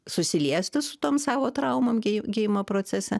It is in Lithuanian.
susiliesti su tom savo traumom gijimo procese